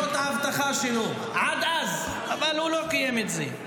זאת ההבטחה שלו, עד אז, אבל הוא לא קיים את זה.